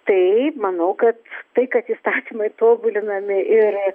tai manau kad tai kad įstatymai tobulinami ir